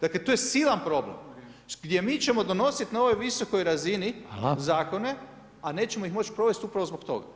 Dakle, to je silan problem gdje mi ćemo donositi na ovoj visokoj razini zakone [[Upadica Reiner: Hvala.]] a nećemo ih moći provesti upravo zbog toga.